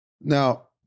Now